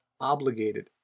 obligated